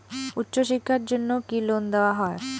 উচ্চশিক্ষার জন্য কি লোন দেওয়া হয়?